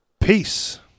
Peace